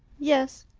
yes.